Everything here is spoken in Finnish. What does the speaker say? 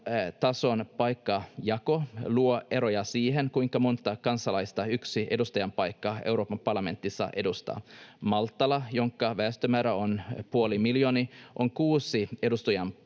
tason paikkajako luo eroja siihen, kuinka montaa kansalaista yksi edustajanpaikka Euroopan parlamentissa edustaa. Maltalla, jonka väestömäärä on puoli miljoonaa, on kuusi edustajanpaikkaa